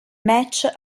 match